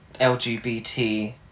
LGBT